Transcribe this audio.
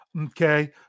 Okay